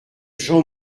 jean